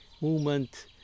movement